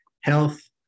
health